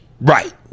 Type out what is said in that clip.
right